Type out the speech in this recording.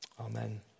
Amen